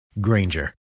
Granger